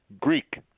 Greek